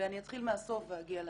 אני אתחיל מהסוף ואגיע לנתונים.